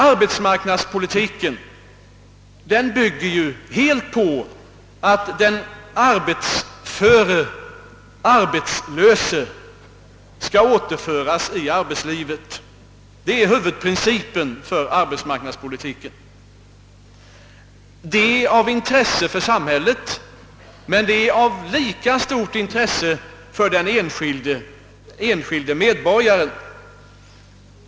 Arbetsmarknadspolitiken bygger helt på att den arbetsföre arbetslöse skall återföras i arbetslivet — det är huvudprincipen för arbetsmarknadspolitiken — och det är en fråga som är av stort intresse för samhället, men det är en fråga som är av lika stort intresse för den enskilde medborgaren.